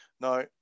Now